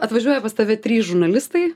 atvažiuoja pas tave trys žurnalistai